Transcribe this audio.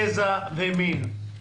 גזע ומין.